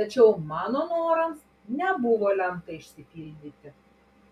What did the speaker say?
tačiau mano norams nebuvo lemta išsipildyti